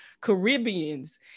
Caribbeans